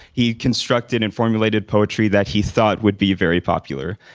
he constructed and formulated poetry that he thought would be very popular.